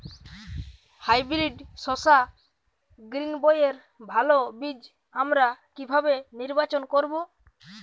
Hybrid শসা গ্রীনবইয়ের ভালো বীজ আমরা কিভাবে নির্বাচন করব?